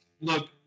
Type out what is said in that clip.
look